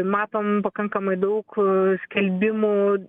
matom pakankamai daug skelbimų